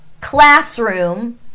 classroom